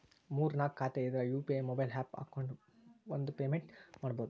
ಮೂರ್ ನಾಕ್ ಖಾತೆ ಇದ್ರ ಯು.ಪಿ.ಐ ಮೊಬೈಲ್ ಆಪ್ ಹಾಕೊಂಡ್ ಒಂದ ಪೇಮೆಂಟ್ ಮಾಡುದು